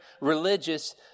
religious